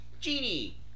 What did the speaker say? Genie